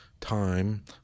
time